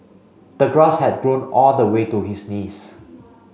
the grass had grown all the way to his knees